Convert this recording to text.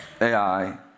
AI